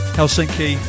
Helsinki